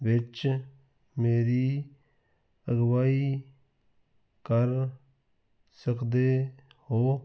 ਵਿੱਚ ਮੇਰੀ ਅਗਵਾਈ ਕਰ ਸਕਦੇ ਹੋ